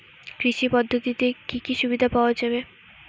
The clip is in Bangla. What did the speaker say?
কৃষি পদ্ধতিতে কি কি সুবিধা পাওয়া যাবে?